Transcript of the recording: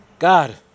God